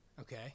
Okay